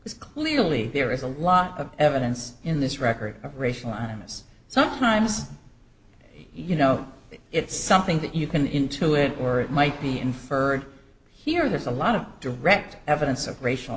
as clearly there is a lot of evidence in this record of racial animus sometimes you know it's something that you can into it or it might be inferred here there's a lot of direct evidence of racial